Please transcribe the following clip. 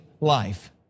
life